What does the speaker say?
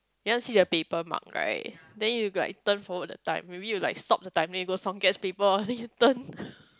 you want see the paper mark right then you like turn forward the time maybe you like stop the time then you go Song-Kiat's paper oh then you turn